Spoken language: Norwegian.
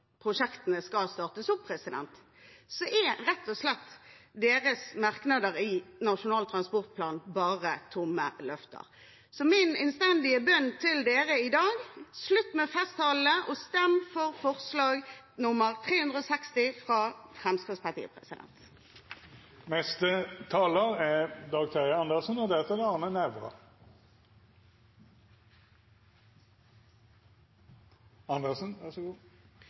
prosjektene skal startes opp, er deres merknader i Nasjonal transportplan rett og slett bare tomme løfter. Så min innstendige bønn til dem i dag er: Slutt med festtalene, og stem for forslag nr. 365 fra Fremskrittspartiet.